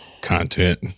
Content